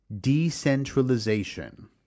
Decentralization